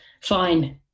fine